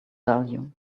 value